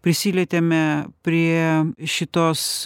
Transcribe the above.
prisilietėme prie šitos